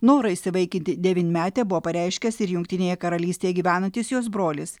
norą įsivaikinti devynmetę buvo pareiškęs ir jungtinėje karalystėje gyvenantis jos brolis